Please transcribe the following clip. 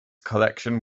collection